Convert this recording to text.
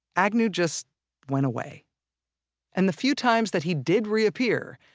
agnew just went away and the few times that he did reappear,